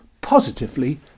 positively